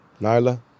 Nyla